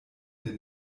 der